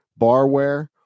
barware